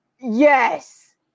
yes